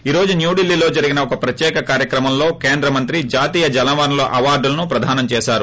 ఈ రోజు న్యూఢిల్లీలో జరిగిన ఒక ప్రత్యేక కార్యక్రమంలో కేంద్ర మంత్రి జాతీయ జలవనరుల అవార్టులను ప్రధానం చేశారు